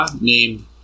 named